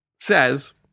says